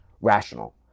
rational